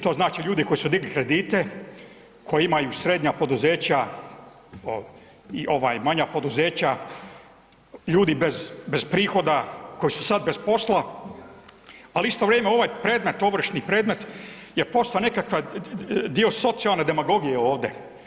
To znači ljude koji su digli kredite, koji imaju srednja poduzeća i ovaj manja poduzeća, ljudi bez prihoda koji su sad bez posla, ali u isto vrijeme ovaj predmet ovršni predmet je postao nekakav dio socijalne demagogije ovdje.